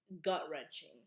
gut-wrenching